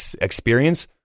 experience